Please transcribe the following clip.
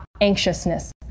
anxiousness